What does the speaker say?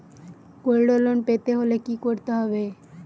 Gold loan পেতে হলে কি করতে হবে?